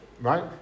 right